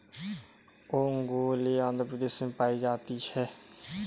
ओंगोले आंध्र प्रदेश में पाई जाती है